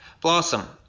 Blossom